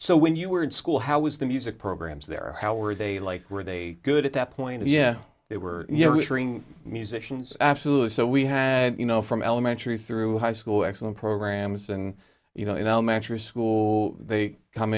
so when you were in school how was the music programs there how were they like were they good at that point yeah they were your measuring musicians absolutely so we had you know from elementary through high school excellent programs and you know in elementary school they come